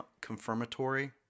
confirmatory